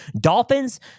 Dolphins